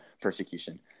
persecution